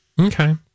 okay